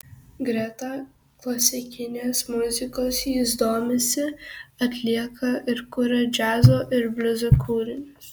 greta klasikinės muzikos jis domisi atlieka ir kuria džiazo ir bliuzo kūrinius